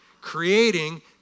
creating